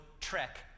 trek